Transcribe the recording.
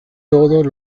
todos